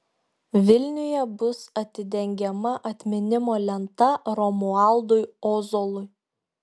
vilniuje bus atidengiama atminimo lenta romualdui ozolui